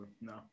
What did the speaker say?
no